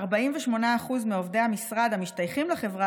48% מעובדי המשרד המשתייכים לחברה